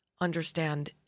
understand